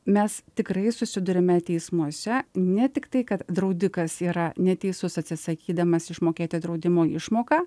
mes tikrai susiduriame teismuose ne tiktai kad draudikas yra neteisus atsisakydamas išmokėti draudimo išmoką